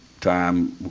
time